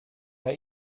mae